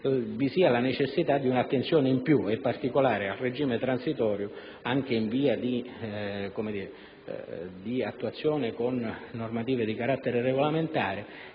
complessiva, un'attenzione in più e particolare al regime transitorio anche in via di attuazione, con normative di carattere regolamentare